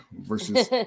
versus